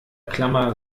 klammer